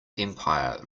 empire